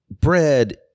bread